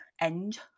end